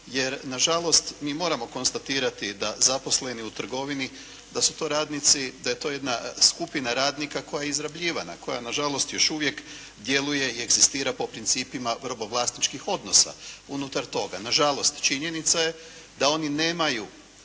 jer na žalost mi moramo konstatirati da zaposleni u trgovini da su to radnici, da je to jedna skupina radnika koja je izrabljivana. Koja na žalost još uvijek djeluje i egzistira po principima robovlasničkih odnosa unutar toga. Na žalost činjenica je da oni nemaju